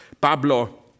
Pablo